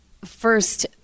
first